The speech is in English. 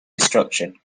destruction